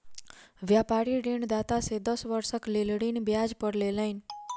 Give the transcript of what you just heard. व्यापारी ऋणदाता से दस वर्षक लेल ऋण ब्याज पर लेलैन